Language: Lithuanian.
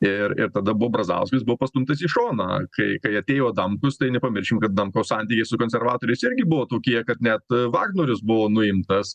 ir ir tada buvo brazauskas buvo pastumtas į šoną kai kai atėjo adamkus tai nepamirškim kad ad amkaus santykiai su konservatoriais irgi buvo tokie kad net vagnorius buvo nuimtas